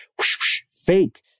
fake